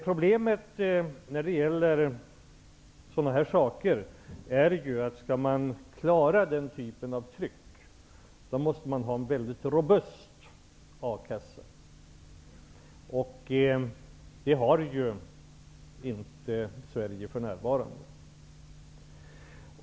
Problemet med sådana här saker är att man, om man skall kunna klara den typen av tryck, måste ha en väldigt robust A-kassa, och det har ju inte Sverige för närvarande.